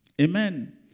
Amen